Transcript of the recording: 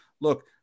Look